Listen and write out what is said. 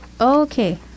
Okay